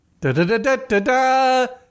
Da-da-da-da-da-da